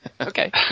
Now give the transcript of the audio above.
Okay